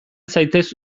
zaitez